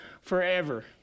forever